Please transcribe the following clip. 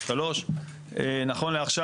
נכון לעכשיו.